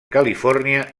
califòrnia